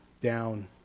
down